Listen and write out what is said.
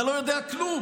אתה לא יודע כלום.